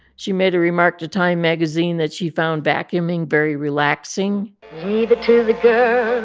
she made a remark to time magazine that she found vacuuming very relaxing leave it to the girls,